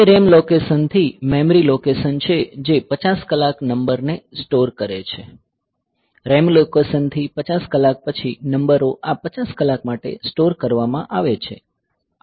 તે RAM લોકેશનથી memory location છે જે 50 કલાક નંબરને સ્ટોર કરે છે RAM લોકેશનથી 50 કલાક પછી નંબરો આ 50 કલાક માટે સ્ટોર કરવામાં આવે છે